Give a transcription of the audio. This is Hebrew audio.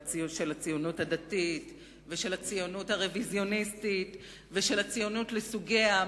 של הציונות הדתית ושל הציונות הרוויזיוניסטית ושל הציונות לסוגיה.